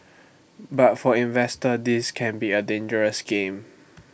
but for investors this can be A dangerous game